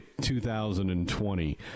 2020